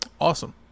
Awesome